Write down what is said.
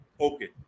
Okay